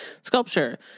sculpture